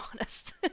honest